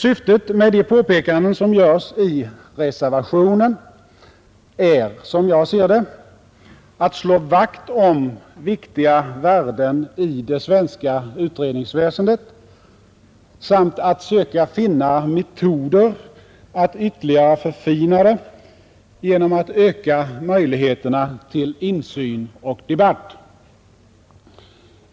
Syftet med de påpekanden som görs i reservationen är — som jag ser det — att slå vakt om viktiga värden i det svenska utredningsväsendet samt att söka finna metoder att ytterligare förfina det genom att öka möjligheterna till insyn och debatt.